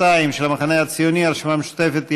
כבל, מיקי רוזנטל,